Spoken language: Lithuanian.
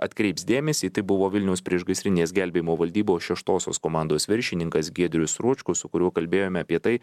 atkreips dėmesį tai buvo vilniaus priešgaisrinės gelbėjimo valdybos šeštosios komandos viršininkas giedrius ročkus su kuriuo kalbėjome apie tai